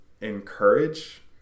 encourage